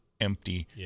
empty